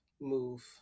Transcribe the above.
move